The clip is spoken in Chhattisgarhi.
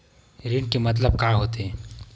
ऋण के मतलब का होथे?